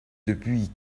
depuis